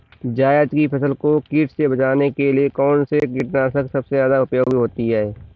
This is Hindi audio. जायद की फसल को कीट से बचाने के लिए कौन से कीटनाशक सबसे ज्यादा उपयोगी होती है?